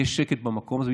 יהיה שקט במקום הזה.